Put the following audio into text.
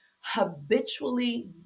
habitually